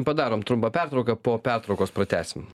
padarom trumpą pertrauką po pertraukos pratęsim